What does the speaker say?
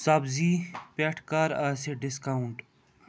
سبزی پٮ۪ٹھ کَر آسہِ ڈسکاونٹ